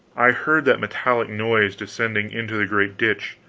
i heard that metallic noise descending into the great ditch.